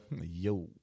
yo